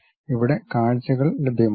ഇവിടെ കാഴ്ചകൾ ലഭ്യമാകും